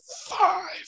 five